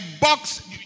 box